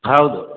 ಹೌದು